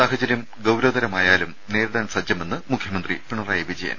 സാഹചര്യം ഗൌരവതരമായാലും നേരിടാൻ സജ്ജമെന്ന് മുഖ്യമന്ത്രി പിണറായി വിജയൻ